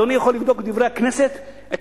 אדוני יכול לבדוק ב"דברי הכנסת" את